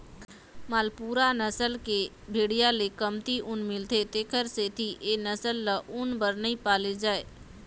मालपूरा नसल के भेड़िया ले कमती ऊन मिलथे तेखर सेती ए नसल ल ऊन बर नइ पाले जाए